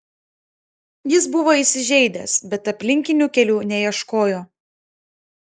jis buvo įsižeidęs bet aplinkinių kelių neieškojo